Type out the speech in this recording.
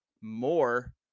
more